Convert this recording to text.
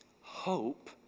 hope